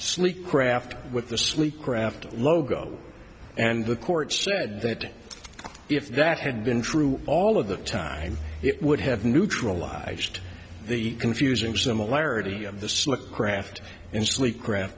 sleek craft with the sweet craft logo and the court said that if that had been true all of the time it would have neutralized the confusing similarity of the slick craft and sleek cra